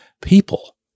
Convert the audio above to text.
people